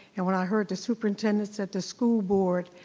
and when i heard the superintendent said the school board,